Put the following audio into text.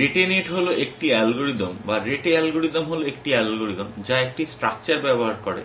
রেটে নেট হল একটি অ্যালগরিদম বা রেট অ্যালগরিদম হল একটি অ্যালগরিদম যা একটি স্ট্রাকচার ব্যবহার করে